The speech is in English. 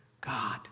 God